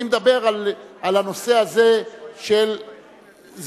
אני מדבר על הנושא הזה של זנות,